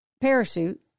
parachute